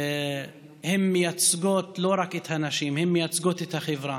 הן מייצגות לא רק את הנשים, הן מייצגות את החברה.